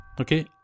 okay